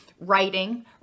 writing